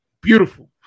Beautiful